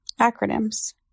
Acronyms